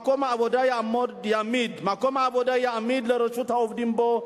מקום עבודה יעמיד לרשות העובדים בו,